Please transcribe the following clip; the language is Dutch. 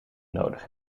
nodig